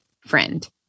friend